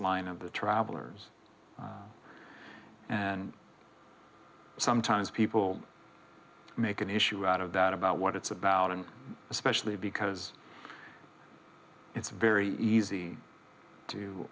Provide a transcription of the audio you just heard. line of the travelers and sometimes people make an issue out of that about what it's about and especially because it's very easy to